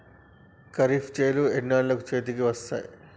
ఖరీఫ్ చేలు ఎన్నాళ్ళకు చేతికి వస్తాయి?